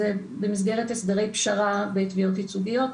זה במסגרת הסדרי פשרה בתביעות ייצוגיות.